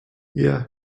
yeah